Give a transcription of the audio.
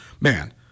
Man